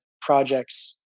projects